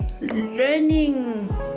learning